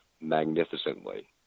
magnificently